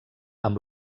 amb